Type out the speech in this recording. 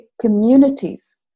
communities